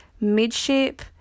midship